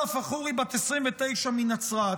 אסאלה פאחורי, בת 29, מנצרת,